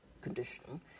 condition